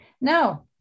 No